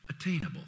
attainable